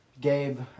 gabe